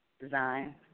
design